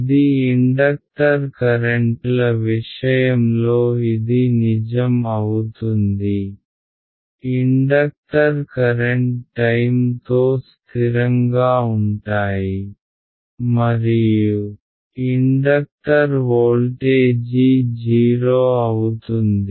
ఇది ఇండక్టర్ కరెంట్లవిషయంలో ఇది నిజం అవుతుంది ఇండక్టర్ కరెంట్ టైమ్ తో స్థిరంగా ఉంటాయి మరియు ఇండక్టర్ వోల్టేజీ 0 అవుతుంది